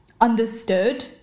understood